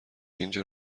اینجا